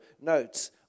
notes